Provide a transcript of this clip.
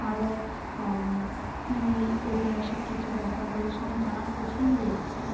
আরও মানে এই ঐতিহাসিক কিছু ব্যাপার হলে সে আমার জানার প্রচণ্ড ইচ্ছা